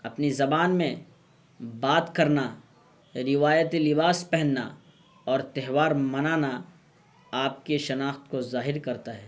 اپنی زبان میں بات کرنا روایتی لباس پہننا اور تہوار منانا آپ کے شناخت کو ظاہر کرتا ہے